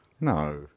No